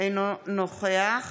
אינו נוכח